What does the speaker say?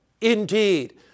indeed